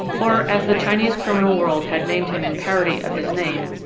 or, as the chinese criminal world had named him in parody of his name,